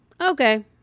Okay